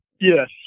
Yes